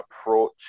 approach